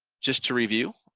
just to review,